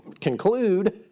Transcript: conclude